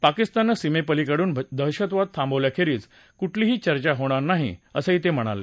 पाकिस्ताननं सीमेपलीकडून दहशतवाद थांबवल्याखेरीज कुठलीही चर्चा होणार नाही असं ते म्हणाले